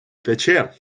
тече